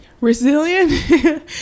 Resilient